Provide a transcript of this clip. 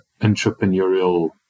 entrepreneurial